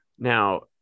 Now